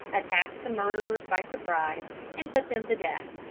attacked the murderers by surprise and put them to death.